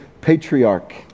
patriarch